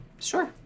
sure